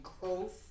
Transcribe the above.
growth